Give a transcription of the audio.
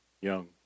young